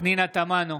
פנינה תמנו,